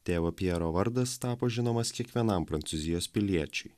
tėvo pjero vardas tapo žinomas kiekvienam prancūzijos piliečiui